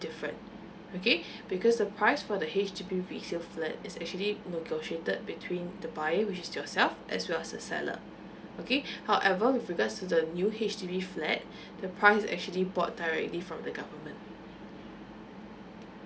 different okay because the price for the H_D_B resale flat is actually negotiated between the buyer which is yourself as well as the seller okay however with regards to the new H_D_B flat the price is actually bought directly from the government